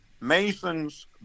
Masons